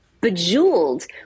bejeweled